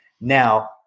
now